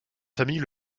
famille